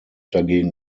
dagegen